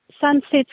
Sunsets